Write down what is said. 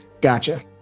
gotcha